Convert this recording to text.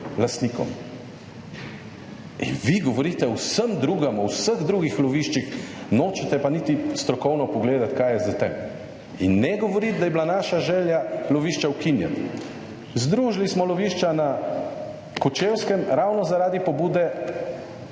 lastnikom. In vi govorite o vsem drugem, o vseh drugih loviščih, nočete pa niti strokovno pogledati, kaj je s tem. In ne govoriti, da je bila naša želja lovišča ukinjen. Združili smo lovišča na Kočevskem, ravno zaradi pobude